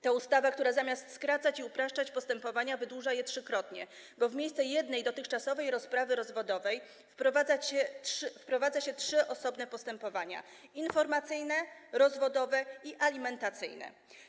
To ustawa, która zamiast skracać i upraszczać postępowania, wydłuża je trzykrotnie, bo w miejsce jednej, dotychczasowej rozprawy rozwodowej wprowadza się trzy osobne postępowania: informacyjne, rozwodowe i alimentacyjne.